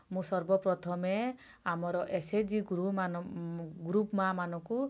ମୁଁ ସର୍ବ ପ୍ରଥମେ ଆମର ଏସ ଏ ଜି ଗ୍ରୁପ୍ ମାଆ ମାନଙ୍କୁ